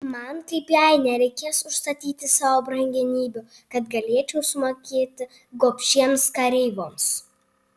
man kaip jai nereikės užstatyti savo brangenybių kad galėčiau sumokėti gobšiems kareivoms